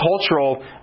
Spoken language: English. cultural